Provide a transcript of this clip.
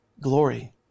glory